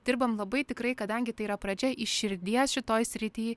dirbam labai tikrai kadangi tai yra pradžia iš širdies šitoj srity